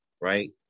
right